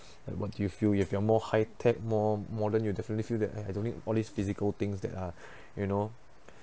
like what do you feel if you're more high tech more modern you'll definitely feel that eh I don't need all these physical things that are you know